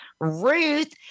Ruth